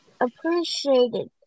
appreciated